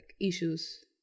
issues